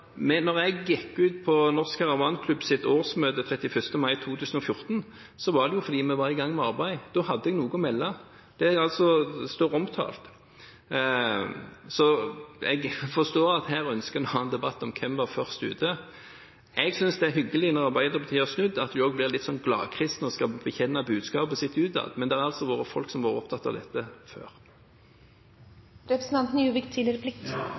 jeg gikk ut med det på Norsk Bobil og Caravan Club sitt årsmøte 31. mai 2014, så var det jo fordi vi var i gang med arbeidet. Da hadde jeg noe å melde. Det står omtalt. Jeg forstår at her ønsker en å ha en debatt om hvem som var først ute. Jeg synes det er hyggelig når Arbeiderpartiet har snudd, at de også blir litt sånn gladkristne og skal bekjenne budskapet sitt utad, men det har altså vært folk som har vært opptatt av dette